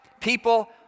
People